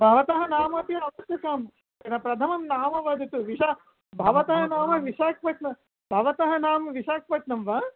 भवतः नाम अपि अस्तु कं प्रथमं नाम वदतु विशा भवतः नाम विशाखपट्ण भवतः नाम विशाखपट्णम् वा